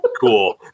cool